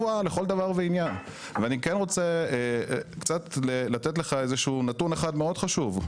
אני רוצה לתת לך נתון אחד מאוד חשוב.